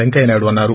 వెంకయ్యనాయుడు అన్నారు